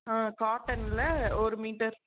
ஆ காட்டனில் ஒரு மீட்டர்